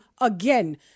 again